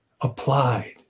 applied